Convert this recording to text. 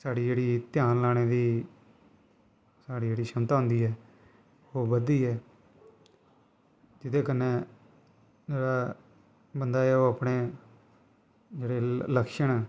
साढ़ी जेह्ड़ी ध्यान लाने दी साढ़ी जेह्ड़ी क्षमता होंदी ऐ ओह् बधदी ऐ जेह्दे कन्नै जेह्ड़ा बंदा ऐ ओह् अपने जेह्ड़े ल लक्ष्य न